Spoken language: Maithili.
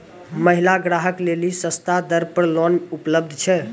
महिला ग्राहक लेली सस्ता दर पर लोन उपलब्ध छै?